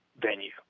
venue